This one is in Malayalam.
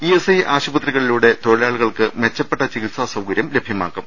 ഇഎസ്ഐ ആശുപത്രികളിലൂടെ തൊഴിലാളികൾക്ക് മെച്ച പ്പെട്ട ചികിത്സാ സൌകര്യം ലഭ്യമാക്കും